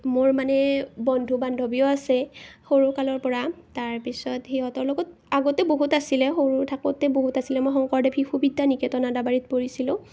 মোৰ মানে বন্ধু বান্ধৱীও আছে সৰুকালৰ পৰা তাৰপিছত সিহঁতৰ লগত আগতে বহুত আছিলে সৰু থাকোঁতে বহুত আছিলে মই শংকৰদেৱ শিশু বিদ্যা নিকেতন আদাবাৰীত পঢ়িছিলোঁ